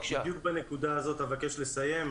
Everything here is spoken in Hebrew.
בדיוק בנקודה הזאת אבקש לסיים.